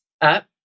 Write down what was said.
up